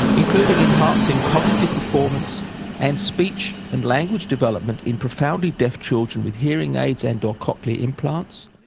including enhancing cognitive performance and speech and language development in profoundly deaf children with hearing aids and or cochlear implants,